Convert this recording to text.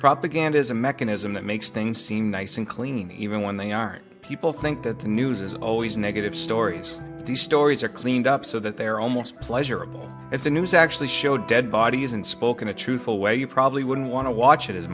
propaganda is a mechanism that makes things seem nice and clean even when they aren't people think that the news is always negative stories these stories are cleaned up so that they are almost pleasurable if the news actually showed dead bodies and spoke in a truthful way you probably wouldn't want to watch it as